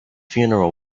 funeral